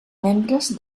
membres